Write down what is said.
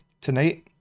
tonight